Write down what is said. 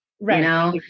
Right